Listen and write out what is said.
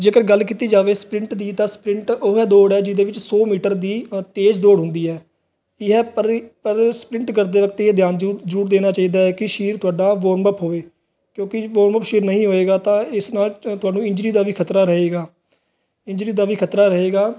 ਜੇਕਰ ਗੱਲ ਕੀਤੀ ਜਾਵੇ ਸਪ੍ਰਿੰਟ ਦੀ ਤਾਂ ਸਪ੍ਰਿੰਟ ਉਹ ਹੈ ਦੌੜ ਹੈ ਜਿਹਦੇ ਵਿੱਚ ਸੌ ਮੀਟਰ ਦੀ ਅ ਤੇਜ਼ ਦੌੜ ਹੁੰਦੀ ਹੈ ਯੇ ਪਰ ਪਰ ਸਪ੍ਰਿੰਟ ਕਰਦੇ ਵਕਤ ਇਹ ਧਿਆਨ ਜਰੂ ਜ਼ਰੂਰ ਦੇਣਾ ਚਾਹੀਦਾ ਹੈ ਕਿ ਸਰੀਰ ਤੁਹਾਡਾ ਵੋਮਅਪ ਹੋਵੇ ਕਿਉਂਕਿ ਵੋਮਅਪ ਸਰੀਰ ਨਹੀਂ ਹੋਏਗਾ ਤਾਂ ਇਸ ਨਾਲ ਤ ਤੁਹਾਨੂੰ ਇੰਜਰੀ ਦਾ ਵੀ ਖ਼ਤਰਾ ਰਹੇਗਾ ਇੰਜਰੀ ਦਾ ਵੀ ਖ਼ਤਰਾ ਰਹੇਗਾ